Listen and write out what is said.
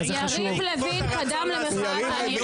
ליבי עם המוחים,